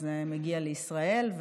כשזה מגיע לישראל.